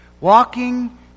Walking